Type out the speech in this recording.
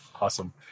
Awesome